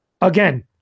again